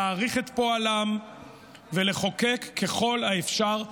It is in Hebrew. להעריך את פועלם ולחוקק ככל האפשר בעדם.